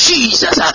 Jesus